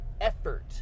effort